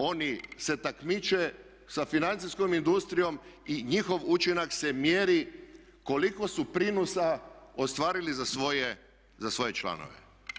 Oni se takmiče sa financijskom industrijom i njihov učinak se mjeri koliko su prinosa ostvarili za svoje članove.